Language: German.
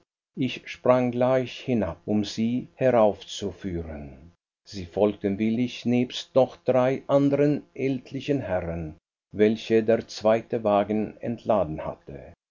ich sprang gleich hinab um sie heraufzuführen sie folgten willig nebst noch drei andern ältlichen herren welche der zweite wagen entladen hatte